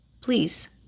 please